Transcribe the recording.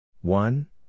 One